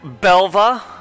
Belva